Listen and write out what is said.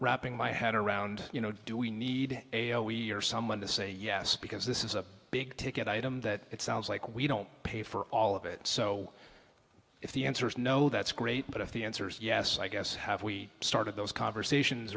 wrapping my head around you know do we need a we are someone to say yes because this is a big ticket item that it sounds like we don't pay for all of it so if the answer is no that's great but if the answer is yes i guess have we started those conversations